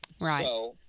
Right